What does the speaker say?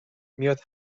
میاد